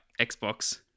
Xbox